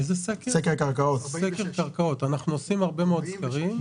אנחנו עושים הרבה מאוד סקרים.